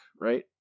right